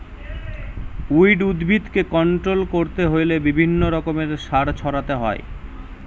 weed উদ্ভিদকে control করতে হইলে বিভিন্ন রকমের সার ছড়াতে হয়